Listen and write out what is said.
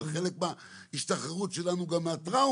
הם אמרו שזה חלק מההשתחררות שלהם מהטראומה,